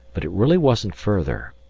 but it really wasn't further.